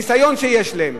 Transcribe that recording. את הניסיון שיש להם,